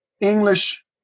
English